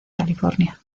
california